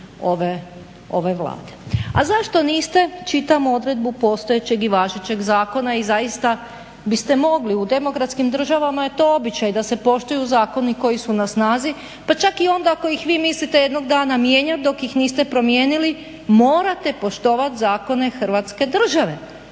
ove Vlade. A zašto niste, čitam odredbu postojećeg i važećeg zakona i zaista biste mogli u demokratskim državama to je običaj da se poštuju zakoni koji su na snazi pa čak i onda ako ih vi mislite jednog dana mijenjati. Dok ih niste promijenili morate poštovati zakone Hrvatske države.